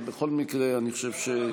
בכל מקרה, גם בוועדות,